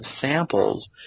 samples